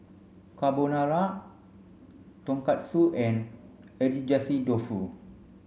Carbonara Tonkatsu and Agedashi Dofu